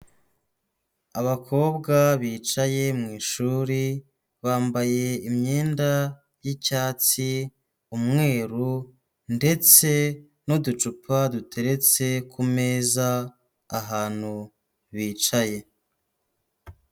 Abakobwa bicaye mu ishuri bambaye imyenda y'icyatsi, umweru ndetse n'uducupa duteretse ku meza ahantu bicaye.